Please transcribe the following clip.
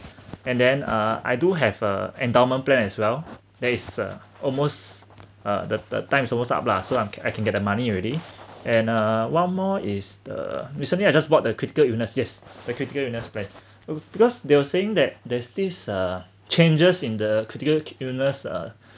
and then uh I do have a endowment plan as well that is uh almost uh the the time is almost up lah so I I can get the money already and uh one more is the recently I just bought the critical illness yes the critical illness plan because they're saying that there's these uh changes in the critical illness uh